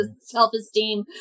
self-esteem